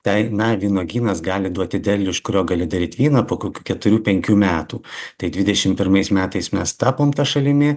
tai na vynuogynas gali duoti derlių iš kurio gali daryti vyną po kokių keturių penkių metų tai dvidešim pirmais metais mes tapom ta šalimi